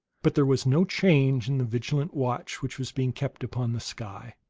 but there was no change in the vigilant watch which was being kept upon the sky.